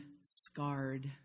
scarred